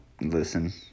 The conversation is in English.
listen